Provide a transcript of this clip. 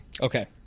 Okay